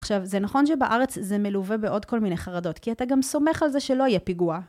עכשיו, זה נכון שבארץ זה מלווה בעוד כל מיני חרדות, כי אתה גם סומך על זה שלא יהיה פיגוע.